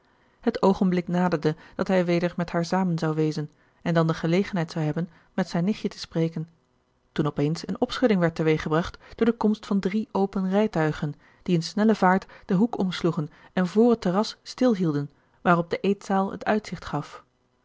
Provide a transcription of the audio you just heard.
het oogenblik naderde dat hij weder met haar zamen zou wezen en dan de gelegenheid zou hebben met zijn nichtje te spreken toen op eens een opschudding werd te weeg gebracht door de komst van drie open rijtuigen die in snelle vaart den hoek omsloegen en vr het terras stilhielden waarop de eetzaal het uitzicht gaf